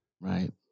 Right